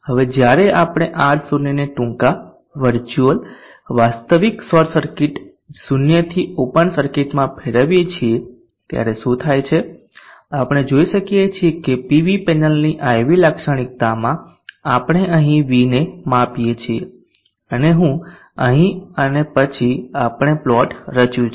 હવે જ્યારે આપણે R0 ને ટૂંકા વર્ચ્યુઅલ વાસ્તવિક શોર્ટ સર્કિટ 0 થી ઓપન સર્કિટમાં ફેરવીએ છીએ ત્યારે શું થાય છે આપણે જોઈ શકીએ છીએ કે પીવી પેનલની IV લાક્ષણિકતામાં આપણે અહીં Vને માપીએ છીએ અને હું અહીં અને પછી આપણે પ્લોટ રચ્યું છે